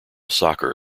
soccer